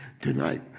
Tonight